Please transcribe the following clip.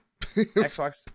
Xbox